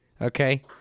okay